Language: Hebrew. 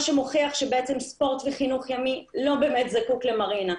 מה שמוכיח שספורט וחינוך ימי לא באמת זקוק למרינה.